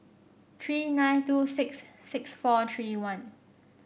three nine two six six four three one